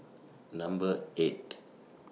Number eight